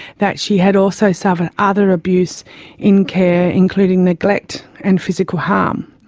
that she had also suffered other abuse in care, including neglect and physical harm.